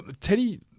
Teddy